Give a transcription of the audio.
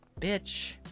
bitch